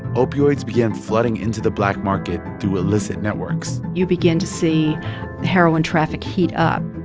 opioids began flooding into the black market through illicit networks you begin to see heroin traffic heat up